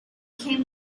came